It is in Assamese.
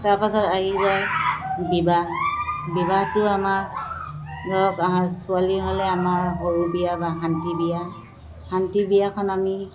তাৰপাছত আহি যায় বিবাহ বিবাহটো আমাৰ ধৰক আৰু ছোৱালী হ'লে আমাৰ সৰু বিয়া বা শান্তি বিয়া শান্তি বিয়াখন আমি